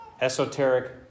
esoteric